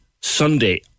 Sunday